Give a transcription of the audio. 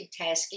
multitasking